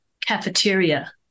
cafeteria